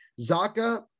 Zaka